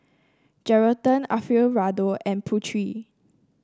Geraldton Alfio Raldo and Pureen